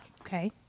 Okay